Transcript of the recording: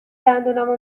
دندونامو